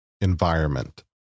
environment